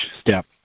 step